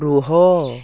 ରୁହ